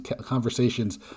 conversations